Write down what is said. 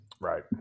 Right